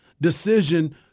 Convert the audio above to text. decision